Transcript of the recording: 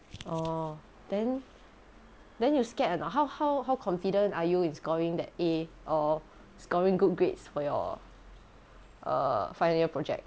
orh then then you scared or not how how how confident are you in scoring that A or scoring good grades for your err final year project